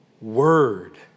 word